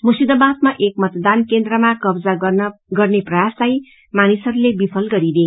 मुश्चिदाबाादमा एम मतदान केन्द्रमा कब्जा गर्ने प्रयासलाई मानिसहरूले विफल गरिदिए